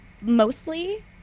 mostly